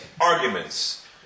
Arguments